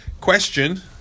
Question